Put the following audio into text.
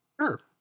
Sure